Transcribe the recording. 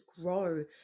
grow